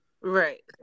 Right